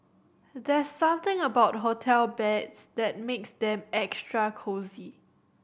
there's something about hotel beds that makes them extra cosy